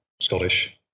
Scottish